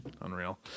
Unreal